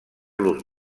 los